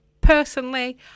Personally